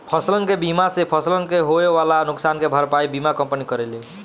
फसलसन के बीमा से फसलन के होए वाला नुकसान के भरपाई बीमा कंपनी करेले